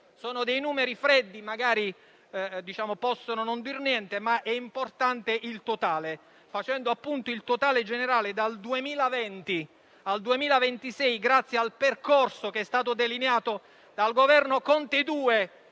Sono numeri freddi, che possono non dire niente, ma è importante il totale generale: facendo appunto il calcolo, dal 2020 al 2026, grazie al percorso che è stato delineato dal Governo Conte II